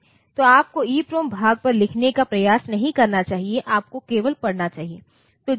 तो आपको ईप्रोम भाग पर लिखने का प्रयास नहीं करना चाहिए आपको केवल पढ़ना चाहिए